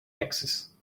access